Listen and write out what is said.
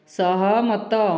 ସହମତ